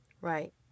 Right